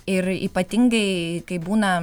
ir ypatingai kai būna